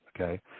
okay